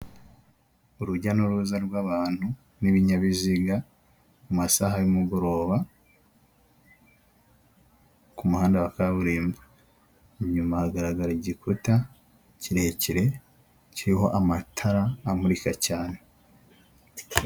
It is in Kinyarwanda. Urujya n'uruza rw'abantu n'ibinyabiziga mu masaha y'umugoroba ku muhanda wa kaburimbo, inyuma hagaragara igikuta kirekire kiriho amatara amurika cyane.